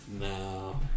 No